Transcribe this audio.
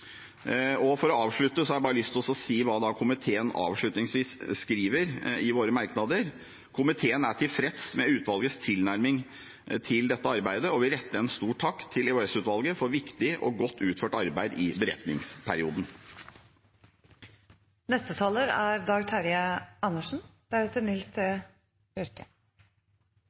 For å avslutte har jeg bare lyst til å si hva komiteen avslutningsvis skriver i sine merknader: «Komiteen er tilfreds med utvalgets tilnærming til dette, og vil rette en takk til EOS-utvalget for viktig og godt utført arbeid i